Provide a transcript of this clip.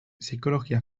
psikologia